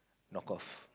knock off